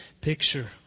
picture